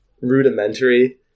rudimentary